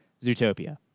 Zootopia